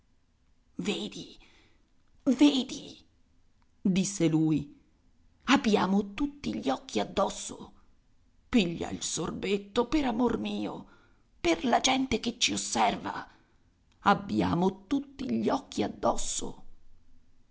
vedi disse lui abbiamo tutti gli occhi addosso piglia il sorbetto per amor mio per la gente che ci osserva abbiamo tutti gli occhi addosso